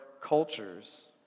cultures